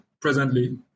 presently